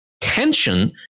tension